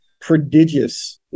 prodigious